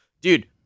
Dude